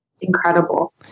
incredible